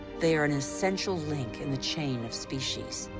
they are an essential link in the chain of species.